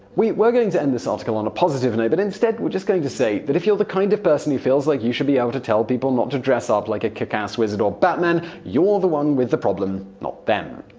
we were going to end this article on a positive note, but instead we're just going to say that if you're the kind of person who feels like you should be able to tell people not to dress up like a kick-ass wizard or batman, you're the one with the problem, not them.